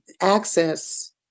access